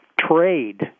trade